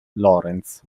lorenz